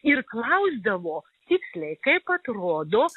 ir klausdavo tiksliai kaip atrodo